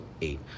eight